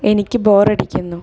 എനിക്ക് ബോറടിക്കുന്നു